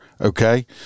okay